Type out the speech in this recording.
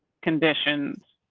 conditions